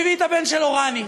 והוא הביא את הבן שלו, רני,